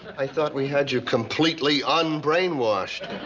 i thought we had you completely unbrainwashed.